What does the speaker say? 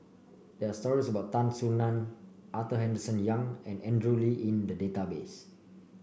there are stories about Tan Soo Nan Arthur Henderson Young and Andrew Lee in the database